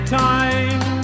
time